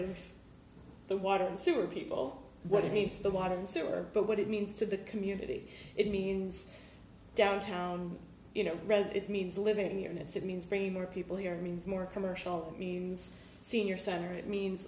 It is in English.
of the water and sewer people what it needs the water and sewer but what it means to the community it means downtown you know red it means living in units it means bringing more people here means more commercial means senior center it means